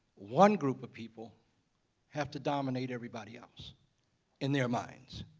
one group of people have to dominate everybody else in their minds,